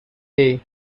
hey